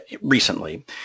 recently